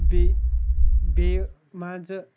بیٚیہِ بیٚیہِ مان ژٕ